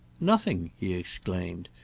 nothing! he exclaimed,